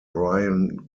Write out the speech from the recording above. brian